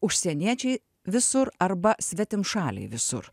užsieniečiai visur arba svetimšaliai visur